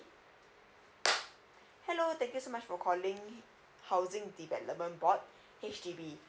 hello thank you so much for calling housing development board H_D_B